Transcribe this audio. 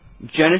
Genesis